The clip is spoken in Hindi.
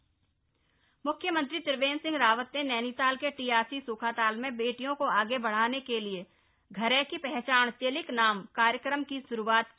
घरैकि पहचाण चेलिक नाम मुख्यमंत्री त्रिवेन्द्र सिंह रावत ने नैनीताल के टीआरसी सूखाताल में बेटियों को आगे बढ़ाने के लिए घरैकि पहचाण चेलिक नाम कार्यक्रम की श्रुआत की